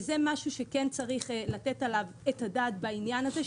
וזה משהו שכן צריך לתת עליו את הדעת בעניין הזה,